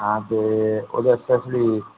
हां ते ओह्दे आस्ते फ्ही